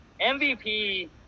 MVP –